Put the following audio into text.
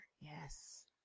yes